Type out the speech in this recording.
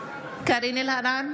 קארין אלהרר,